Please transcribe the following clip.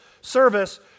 service